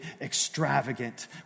extravagant